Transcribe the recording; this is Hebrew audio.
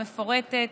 המפורטת,